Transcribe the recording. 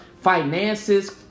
finances